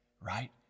right